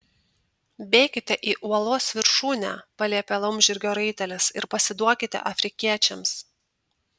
bėkite į uolos viršūnę paliepė laumžirgio raitelis ir pasiduokite afrikiečiams